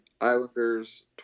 Islanders